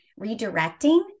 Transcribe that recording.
redirecting